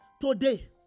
today